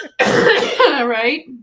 Right